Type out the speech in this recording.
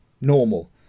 normal